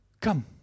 Come